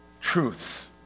truths